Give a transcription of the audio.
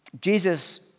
Jesus